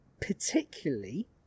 particularly